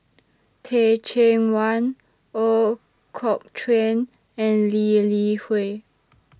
Teh Cheang Wan Ooi Kok Chuen and Lee Li Hui